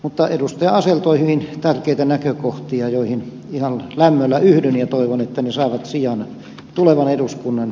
asell toi hyvin tärkeitä näkökohtia joihin ihan lämmöllä yhdyn ja toivon että ne saavat sijan tulevan eduskunnan